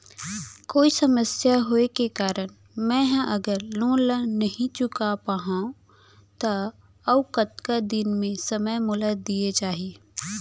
कोई समस्या होये के कारण मैं हा अगर लोन ला नही चुका पाहव त अऊ कतका दिन में समय मोल दीये जाही?